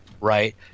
Right